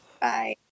Bye